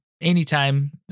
anytime